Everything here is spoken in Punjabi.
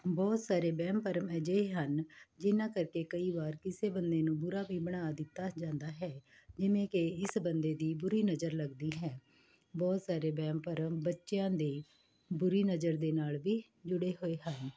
ਬਹੁਤ ਸਾਰੇ ਵਹਿਮ ਭਰਮ ਅਜਿਹੇ ਹਨ ਜਿਨ੍ਹਾਂ ਕਰਕੇ ਕਈ ਵਾਰ ਕਿਸੇ ਬੰਦੇ ਨੂੰ ਬੁਰਾ ਵੀ ਬਣਾ ਦਿੱਤਾ ਜਾਂਦਾ ਹੈ ਜਿਵੇਂ ਕਿ ਇਸ ਬੰਦੇ ਦੀ ਬੁਰੀ ਨਜ਼ਰ ਲੱਗਦੀ ਹੈ ਬਹੁਤ ਸਾਰੇ ਵਹਿਮ ਭਰਮ ਬੱਚਿਆਂ ਦੇ ਬੁਰੀ ਨਜ਼ਰ ਦੇ ਨਾਲ ਵੀ ਜੁੜੇ ਹੋਏ ਹਨ